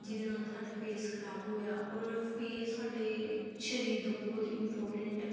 ਜਿਹਦੇ ਨਾਲ ਸਾਡਾ ਫੇਸ ਖਰਾਬ ਹੋਇਆ ਔਰ ਫੇਸ ਸਾਡੇ ਸਰੀਰ ਦਾ ਬਹੁਤ ਇੰਪੋਰਟੈਂਟ